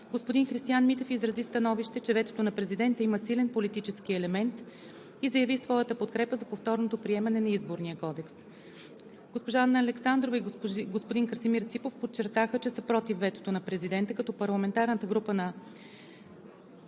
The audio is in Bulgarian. Господин Христиан Митев изрази становище, че ветото на президента има силен политически елемент и заяви своята подкрепа за повторното приемане на Изборния кодекс. Госпожа Анна Александрова и господин Красимир Ципов подчертаха, че са против ветото на президента, като парламентарната група на